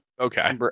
okay